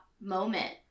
moment